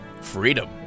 freedom